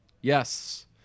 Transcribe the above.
Yes